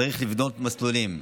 צריך לבנות מסלולים.